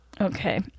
okay